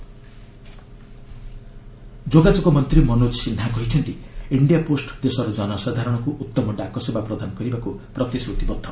India post ଯୋଗାଯୋଗ ମନ୍ତ୍ରୀ ମନୋଜ ସିହ୍ନା କହିଛନ୍ତି ଇଣ୍ଡିଆ ପୋଷ୍ଟ ଦେଶର ଜନସାଧାରଣଙ୍କୁ ଉତ୍ତମ ଡାକସେବା ପ୍ରଦାନ କରିବାକୁ ପ୍ରତିଶ୍ରତିବଦ୍ଧ